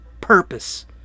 purpose